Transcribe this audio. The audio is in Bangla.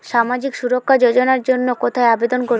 সামাজিক সুরক্ষা যোজনার জন্য কোথায় আবেদন করব?